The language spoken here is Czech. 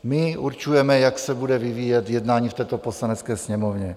My určujeme, jak se bude vyvíjet jednání v této Poslanecké sněmovně.